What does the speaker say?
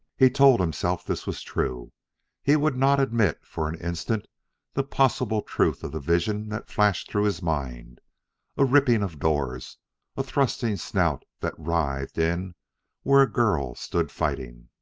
he told himself this was true he would not admit for an instant the possible truth of the vision that flashed through his mind a ripping of doors a thrusting snout that writhed in where a girl stood fighting.